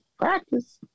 Practice